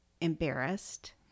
embarrassed